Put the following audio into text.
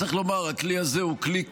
צריך לומר, הכלי הזה הוא כלי קשה,